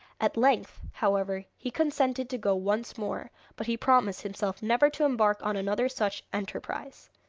at length, however he consented to go once more, but he promised himself never to embark on another such enterprise.